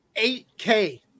8K